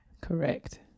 Correct